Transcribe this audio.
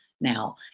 now